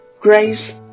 Grace